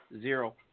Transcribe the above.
Zero